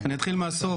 אני אתחיל מהסוף,